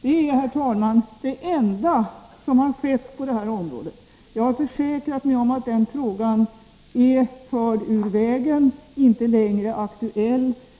Det är, herr talman, det enda som har skett på det här området. Jag har försäkrat mig om att den frågan är förd ur vägen och inte längre aktuell.